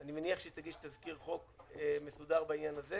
אני מניח שהיא תזכיר חוק מסודר בעניין הזה.